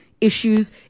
issues